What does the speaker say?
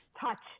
touch